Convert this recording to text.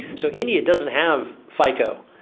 so india doesn't have fico.